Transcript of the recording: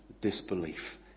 disbelief